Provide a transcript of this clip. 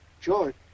George